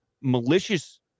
malicious